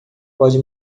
pode